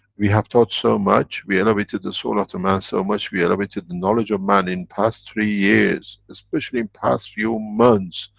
we have taught so much, we elevated the soul of the man, so much. we elevated the knowledge of man in past three years, especially in past few months.